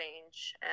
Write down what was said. change